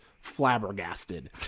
flabbergasted